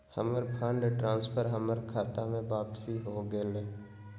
हमर fund transfer हमर खता में वापसी हो गेलय